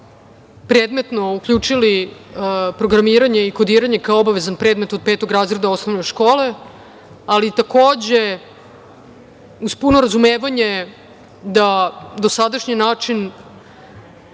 predmetno uključili programiranje i kodiranje kao obavezan predmet od petog razreda osnovne škole, ali takođe, uz puno razumevanje da dosadašnji način